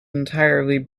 entirely